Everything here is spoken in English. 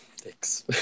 thanks